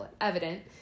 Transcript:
evident